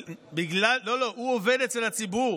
הציבור עובד אצלו.